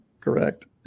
Correct